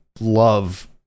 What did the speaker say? love